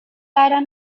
leider